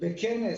בכנס